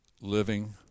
living